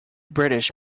british